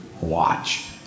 watch